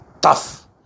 tough